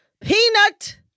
Peanut